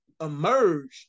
emerged